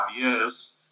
years